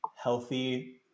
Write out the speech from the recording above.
healthy